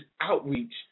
outreach